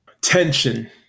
tension